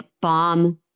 bomb